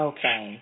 Okay